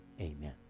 amen